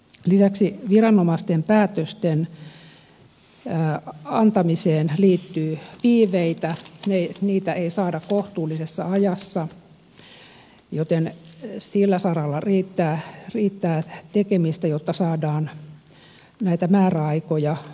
lisäksi viranomaisten päätösten antamiseen liittyy viiveitä niitä ei saada kohtuullisessa ajassa joten sillä saralla riittää tekemistä jotta saadaan näitä määräaikoja tehostettua